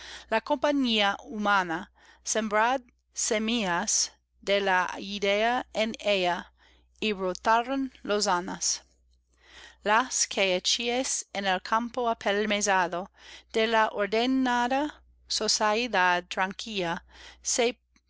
la compañía humana sembrad semillas de la liiea en ella y brotarán lozanas las que echéis en el campo apelmazado de la ordenada sociedad tranquila